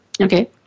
Okay